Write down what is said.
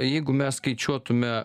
jeigu mes skaičiuotume